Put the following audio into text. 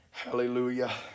hallelujah